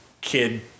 kid